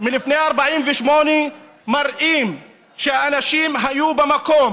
מלפני 48' מראים שהאנשים היו במקום.